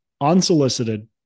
unsolicited